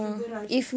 sugar rush